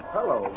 Hello